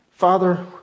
Father